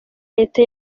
leta